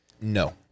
No